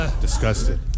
Disgusted